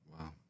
Wow